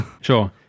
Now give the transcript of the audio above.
Sure